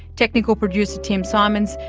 technical producer tim symons,